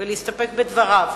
ולהסתפק בדבריו.